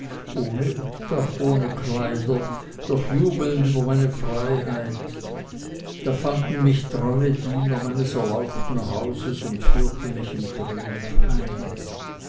ohne kleider doch jubelnd über meine freiheit da fanden mich treue diener meines erlauchten hauses und führten mich im triumph heim